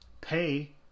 pay